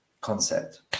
concept